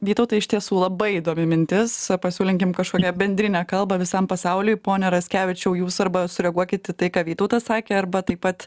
vytautai iš tiesų labai įdomi mintis pasiūlykim kažkokią bendrinę kalbą visam pasauliui pone raskevičiau jūs arba sureaguokit į tai ką vytautas sakė arba taip pat